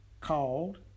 called